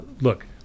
look